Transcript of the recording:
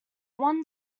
one